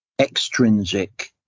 extrinsic